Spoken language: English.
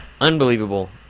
unbelievable